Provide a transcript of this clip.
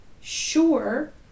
sure